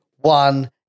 One